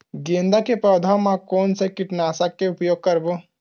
गेंदा के पौधा म कोन से कीटनाशक के उपयोग करबो?